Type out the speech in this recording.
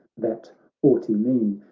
that haughty mien,